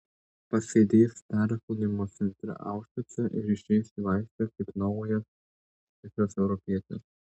pasėdės perauklėjimo centre aušvice ir išeis į laisvę kaip naujas tikras europietis